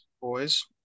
boys